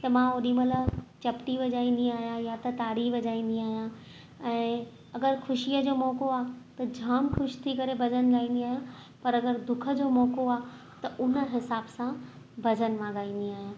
त मां ओॾीमहिल चपटी वञाईंदी आहियां या त तारी वञाईंदी आहियां ऐं अगरि ख़ुशीअ जो मौक़ो आहे त जामु ख़ुशि थी करे भॼनु ॻाईंदी आहियां पर अगरि दुख जो मौक़ो आहे त उन हिसाब सां भॼनु मां ॻाईंदी आहियां